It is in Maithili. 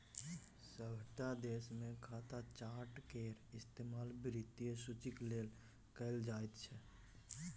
सभटा देशमे खाता चार्ट केर इस्तेमाल वित्तीय सूचीक लेल कैल जाइत छै